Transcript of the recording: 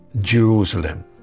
Jerusalem